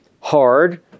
hard